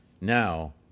Now